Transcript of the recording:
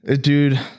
dude